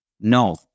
No